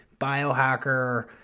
biohacker